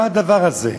מה הדבר הזה?